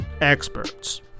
experts